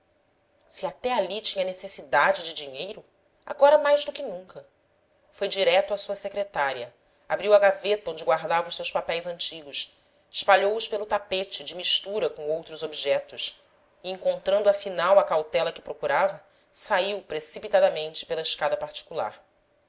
se até ali tinha necessidade de dinheiro agora mais do que nunca foi direito à sua secretária abriu a gaveta onde guardava os seus papéis antigos espalhou os pelo tapete de mistura com outros objetos e encontrando afinal a cautela que procurava saiu precipitadamente pela escada particular